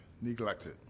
neglected